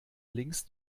links